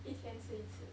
一天吃一次